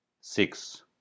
Six